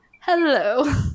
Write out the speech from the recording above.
Hello